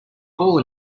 ball